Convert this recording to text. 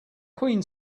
queen